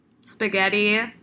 Spaghetti